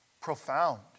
profound